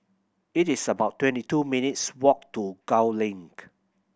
it is about twenty two minutes' walk to Gul Link